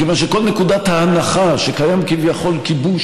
מכיוון שכל נקודת ההנחה שקיים כביכול כיבוש